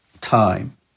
time